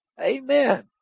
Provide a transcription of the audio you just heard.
Amen